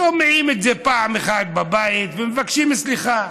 שומעים את זה פעם אחת בבית, ומבקשים סליחה,